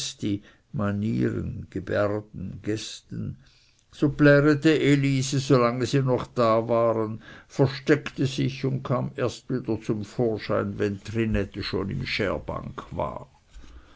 zümpferere scheßti so plärete elisi solange sie noch da waren versteckte sich und kam erst wieder zum vorschein wenn trinette schon im schärbank war